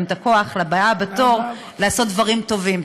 את הכוח לבאה בתור לעשות דברים טובים.